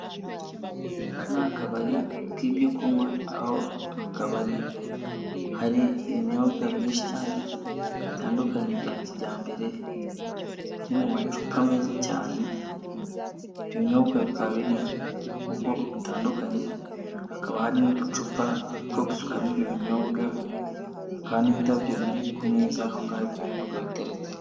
Aka ni akabari k'ibyo kunywa, aho akabari hari ibinyobwa byinshi cyane bitandukanye bya kijyambere, biri mu macupa meza cyane, ibyo binyobwa bikaba biri mu bwoko butandukanye, hakaba hari n'uducupa two gusukamo ibyo binyobwa, hakaba n'indabyo ziri ku meza, aho ngaho ibyo binyobwa biteretse.